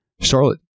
Charlotte